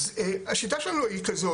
אז השיטה שלנו היא כזאת,